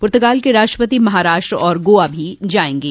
पुर्तगाल के राष्ट्रपति महाराष्ट्र और गोवा भो जाएंगे